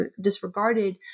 disregarded